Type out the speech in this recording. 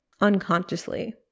unconsciously